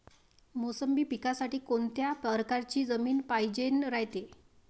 मोसंबी पिकासाठी कोनत्या परकारची जमीन पायजेन रायते?